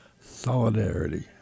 Solidarity